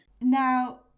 Now